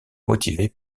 motivés